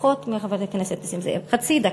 פחות מחבר הכנסת נסים זאב, חצי דקה.